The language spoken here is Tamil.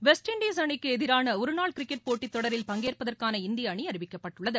வெஸ்ட் இன்டிஸ் அணிக்கு எதிரான ஒரு நாள் கிரிக்கெட் போட்டி தொடரில் பங்கேற்பதற்கான இந்திய அணி அறிவிக்கப்பட்டுள்ளது